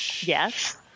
Yes